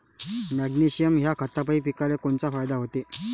Magnesium ह्या खतापायी पिकाले कोनचा फायदा होते?